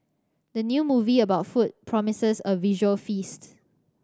the new movie about food promises a visual feast